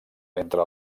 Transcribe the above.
entre